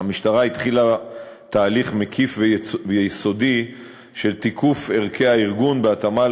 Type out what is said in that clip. היא התחילה תהליך מקיף ויסודי של תיקוף ערכי הארגון בהתאמה